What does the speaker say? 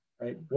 right